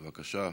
בבקשה,